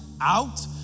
out